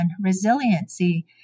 resiliency